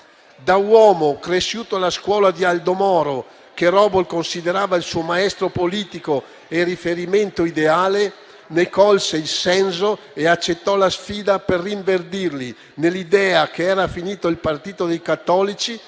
Da uomo cresciuto alla scuola di Aldo Moro, che considerava il suo maestro politico e il riferimento ideale, ne colse il senso e accettò la sfida per rinverdirli nell'idea che era finito sì il partito dei cattolici,